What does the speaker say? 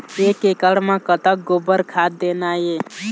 एक एकड़ म कतक गोबर खाद देना ये?